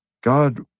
God